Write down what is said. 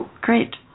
great